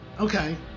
Okay